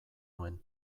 nuen